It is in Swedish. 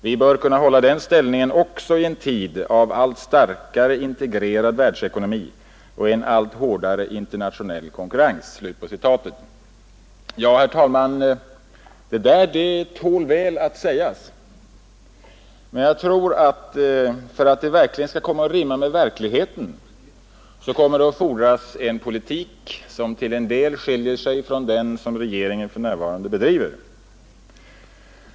Vi bör kunna hålla den ställningen också i en tid av allt starkare integrerad världsekonomi och en allt hårdare internationell konkurrens.” Det tål väl att sägas. Men för att det skall komma att rimma med verkligheten fordras det en politik, som till en del skiljer sig från den som regeringen bedriver.